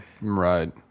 Right